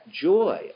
joy